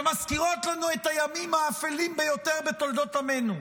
שמזכירות לנו את הימים האפלים ביותר בתולדות עמנו,